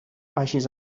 vagis